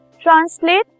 Translate